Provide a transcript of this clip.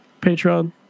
patreon